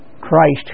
Christ